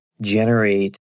generate